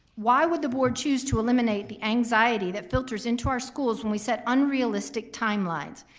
why would the board choose to eliminate the anxiety that filters into our schools when we set unrealistic timelines?